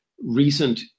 Recent